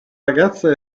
ragazza